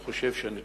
אני חושב שהנתונים